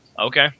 Okay